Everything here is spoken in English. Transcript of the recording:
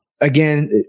Again